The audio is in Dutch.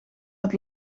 het